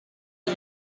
you